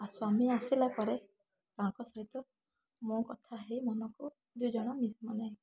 ଆ ସ୍ୱାମୀ ଆସିଲାପରେ ତାଙ୍କ ସହିତ ମୋ କଥାହେଇ ମନକୁ ଦୁଇଜଣ ମାନେ